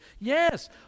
Yes